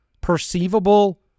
perceivable